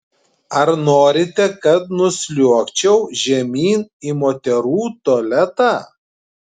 ar norite kad nusliuogčiau žemyn į moterų tualetą